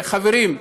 חברים,